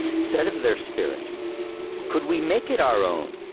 said of their spirit could we make it our own,